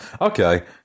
Okay